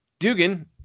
Dugan